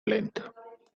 length